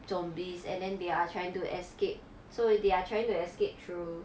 zombies and then they are trying to escape so they are trying to escape through